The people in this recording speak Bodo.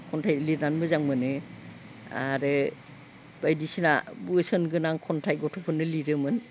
खन्थाइ लिरनानै मोजां मोनो आरो बायदिसिना बोसोन गोनां खन्थाइ गथ'फोरनो लिरोमोन